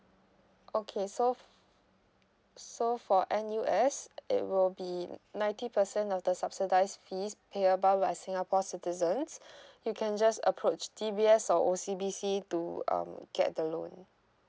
okay so f~ so for N_U_S it will be ninety percent of the subsidized fees payable by singapore citizens you can just approach D_B_S or O_C_B_C to um get the loan